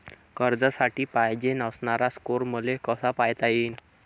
कर्जासाठी पायजेन असणारा स्कोर मले कसा पायता येईन?